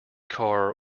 car